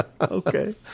Okay